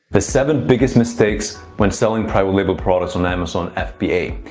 the seven biggest mistakes when selling private label products on amazon fba.